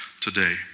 today